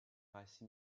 race